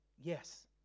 Yes